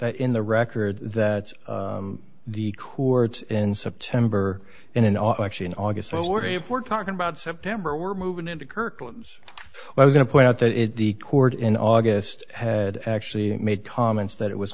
that in the records that the court's in september and in all actually in august or if we're talking about september we're moving into kirkland's i'm going to point out that the court in august had actually made comments that it was